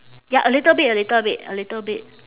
ya a little bit a little bit a little bit